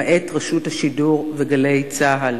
למעט רשות השידור ו"גלי צה"ל".